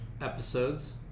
episodes